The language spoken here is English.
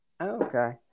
Okay